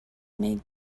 make